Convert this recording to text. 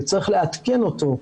וצריך לעדכן אותו,